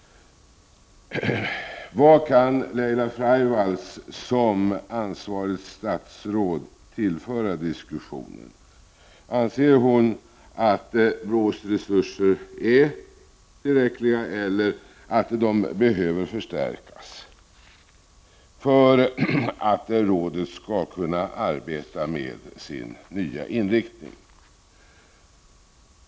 Vad kan Leila Freivalds som ansvarigt statsråd tillföra diskussionen? Anser hon att BRÅ:s resurser är tillräckliga, eller att de behöver förstärkas för att rådet skall kunna arbeta med sin nya inriktning?